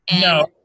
No